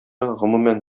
гомумән